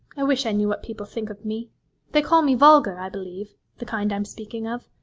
i wish i knew what people think of me they call me vulgar, i believe the kind i'm speaking of.